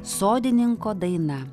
sodininko daina